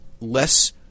less